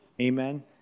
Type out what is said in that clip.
Amen